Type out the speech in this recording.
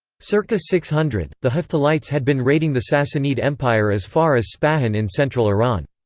circa six hundred, the hephthalites had been raiding the sassanid empire as far as spahan in central iran.